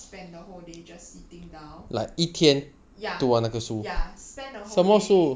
I have read a book in one go before so I really like spend the whole day just sitting down